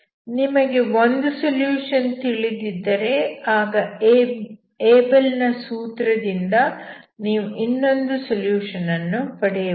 ನಿಮಗೆ ಒಂದು ಸೊಲ್ಯೂಶನ್ ತಿಳಿದಿದ್ದರೆ ಆಗ ಏಬಲ್ ನ ಸೂತ್ರದಿಂದ ನೀವು ಇನ್ನೊಂದು ಸೊಲ್ಯೂಷನ್ ಅನ್ನು ಪಡೆಯಬಹುದು